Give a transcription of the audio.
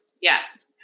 Yes